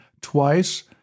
twice